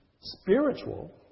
spiritual